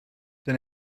then